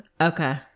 Okay